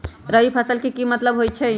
रबी फसल के की मतलब होई छई?